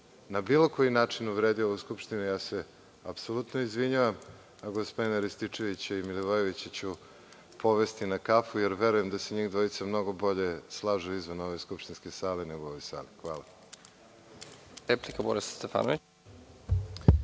na bilo koji način, uvredio ovu Skupštinu ja se apsolutno izvinjavam, a gospodina Rističevića i Milivojevića ću povesti na kafu, jer verujem da se njih dvojica mnogo bolje slažu izvan ove skupštinske sale nego u ovoj sali. Hvala. **Nebojša Stefanović**